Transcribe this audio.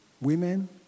women